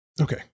okay